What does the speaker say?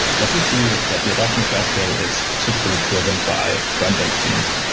what you see is that the adoption of graphql is typically driven by frontend teams,